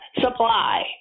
supply